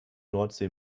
nordsee